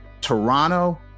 toronto